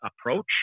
approach